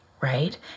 right